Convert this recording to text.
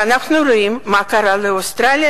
ואנחנו רואים מה קרה לאוסטרליה,